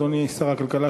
אדוני שר הכלכלה,